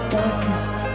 darkest